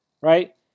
right